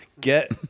get